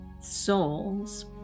soul's